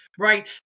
Right